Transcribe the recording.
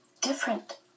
Different